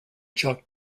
jock